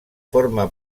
forma